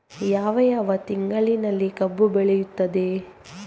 ಯಾವ ಯಾವ ತಿಂಗಳಿನಲ್ಲಿ ಕಬ್ಬು ಬೆಳೆಯುತ್ತದೆ?